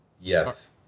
Yes